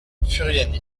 furiani